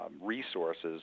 resources